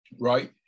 right